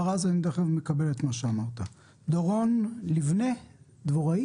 זה משהו שדורש קצת זמן לבנות אותו בצורה אחרת מאשר